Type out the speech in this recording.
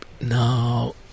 now